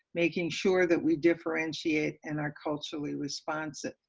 making sure that we differentiate and are culturally responsive.